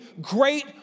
great